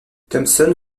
thompson